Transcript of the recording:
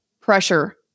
pressure